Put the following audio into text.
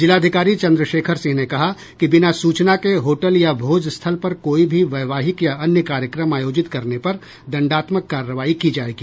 जिलाधिकारी चंद्रशेखर सिंह ने कहा कि बिना सूचना के होटल या भोज स्थल पर कोई भी वैवाहिक या अन्य कार्यक्रम आयोजित करने पर दंडात्मक कार्रवाई की जायेगी